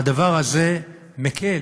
והדבר הזה מקל,